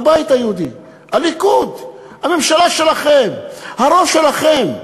הבית היהודי, הליכוד, הממשלה שלכם, הראש שלכם,